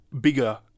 bigger